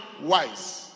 wise